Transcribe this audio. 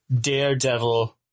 Daredevil